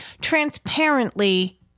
transparently